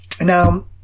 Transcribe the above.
Now